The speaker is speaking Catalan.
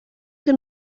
que